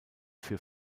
für